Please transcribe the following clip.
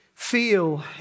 feel